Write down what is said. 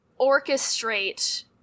orchestrate